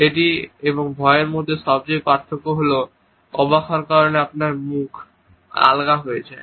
এটি এবং ভয়ের মধ্যে সবচেয়ে বড় পার্থক্য হল অবাক হওয়ার কারণে আপনার মুখ আলগা হয়ে যায়